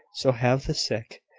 so have the sick,